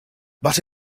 but